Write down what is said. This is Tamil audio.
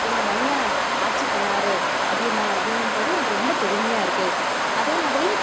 எங்கள் மண்ணை ஆட்சி பண்ணிணாரு அதியமான் அப்படினும் போது எனக்கு ரொம்ப பெருமையாக இருக்குது அதே மாதிரி